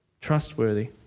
Trustworthy